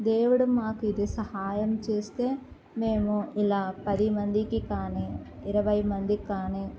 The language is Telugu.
దేవుడు మాకు ఇది సహాయం చేస్తే మేము ఇలా పది మందికి కానీ ఇరవై మందికి కానీ